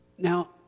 Now